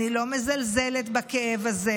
אני לא מזלזלת בכאב הזה,